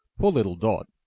poor little dot,